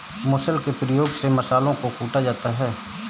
मुसल के प्रयोग से मसालों को कूटा जाता है